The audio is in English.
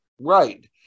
right